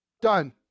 Done